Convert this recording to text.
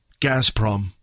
Gazprom